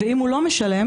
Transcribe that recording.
ואם הוא לא משלם,